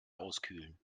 auskühlen